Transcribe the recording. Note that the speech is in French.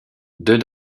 deux